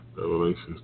Revelations